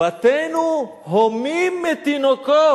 בתינו הומים מתינוקות.